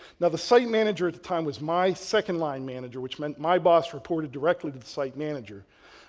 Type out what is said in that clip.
now the site manager at the time was my second line manager which meant my boss reported directly to the site manager.